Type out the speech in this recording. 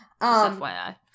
FYI